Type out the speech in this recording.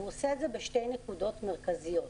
והוא עושה זאת בשתי נקודות מרכזיות: